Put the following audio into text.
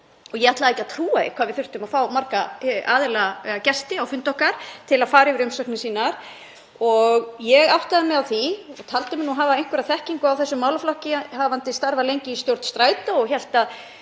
og ég ætlaði ekki að trúa því hvað við þurftum að fá marga aðila eða gesti á fundi okkar til að fara yfir umsagnir sínar. Ég taldi mig hafa einhverja þekkingu á þessum málaflokki hafandi starfað lengi í stjórn Strætós og hélt að